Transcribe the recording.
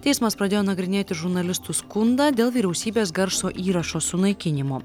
teismas pradėjo nagrinėti žurnalistų skundą dėl vyriausybės garso įrašo sunaikinimo